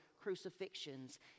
crucifixions